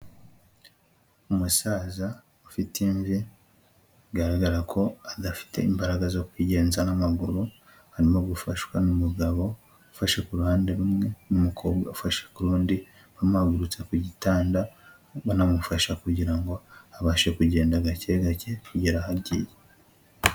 Umusaza ufite imvi bigaragara ko adafite imbaraga zo kwigenza n'amaguru, arimo gufashwa n'umugabo ufashe ku ruhande rumwe n'umukobwa ufashe ku rundi, bamuhagurutsa ku gitanda, banamufasha kugira ngo abashe kugenda gake gake kugera aho agiye.